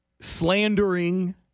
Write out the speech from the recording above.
Slandering